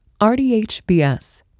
RDHBS